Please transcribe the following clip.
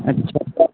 अच्छा तो आप